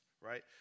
right